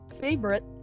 favorite